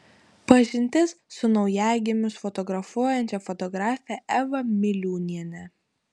pažintis su naujagimius fotografuojančia fotografe eva miliūniene